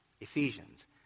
Ephesians